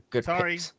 Sorry